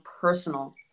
personal